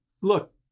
look